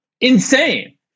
insane